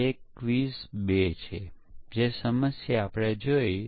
તો ચાલો તે જોઈએ